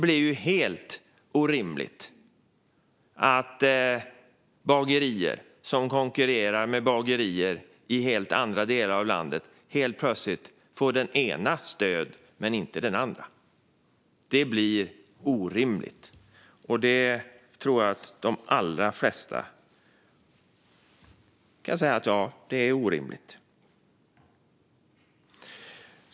När bagerier konkurrerar med bagerier i helt andra delar av landet och det ena plötsligt får stöd men inte det andra blir det helt orimligt. Det tror jag att de allra flesta kan hålla med om.